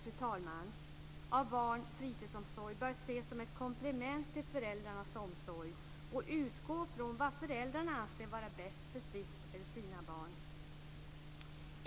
Alla former av barn och fritidsomsorg bör ses som ett komplement till föräldrarnas omsorg och utgå från vad föräldrarna anser vara bäst för sitt eller sina barn.